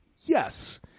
yes